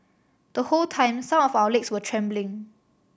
the whole time some of our legs were trembling